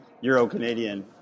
Euro-Canadian